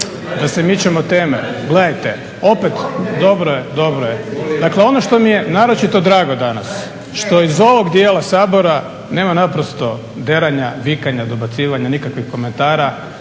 Molim vas. **Milanović, Zoran (SDP)** Dakle, ono što mi je naročito drago danas, što iz ovog dijela Sabora nema naprosto deranja, vikanja, dobacivanja, nikakvih komentara,